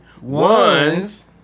Ones